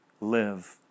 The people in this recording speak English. live